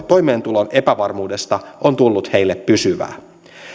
toimeentulon epävarmuudesta on tullut heille pysyvää